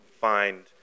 find